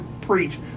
preach